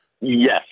yes